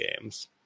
games